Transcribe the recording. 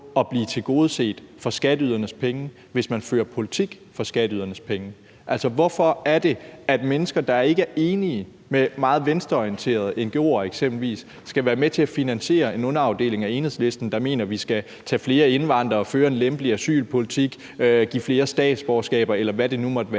at blive tilgodeset for skatteydernes penge, hvis man fører politik for skatteydernes penge. Altså, hvorfor er det, at mennesker, der ikke er enige med eksempelvis meget venstreorienterede ngo'er, skal være med til at finansiere en underafdeling af Enhedslisten, der mener, at vi skal tage imod flere indvandrere, føre en lempelig asylpolitik, give flere statsborgerskaber, eller hvad det nu måtte være?